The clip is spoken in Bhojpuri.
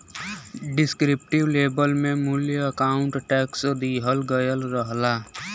डिस्क्रिप्टिव लेबल में मूल्य आउर टैक्स दिहल गयल रहला